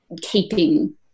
keeping